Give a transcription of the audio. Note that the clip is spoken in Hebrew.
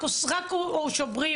רק שוברים,